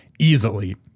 Easily